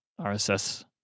RSS